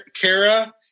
Kara